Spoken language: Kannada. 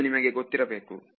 ಇದು ನಿಮಗೆ ಗೊತ್ತಿರಬೇಕು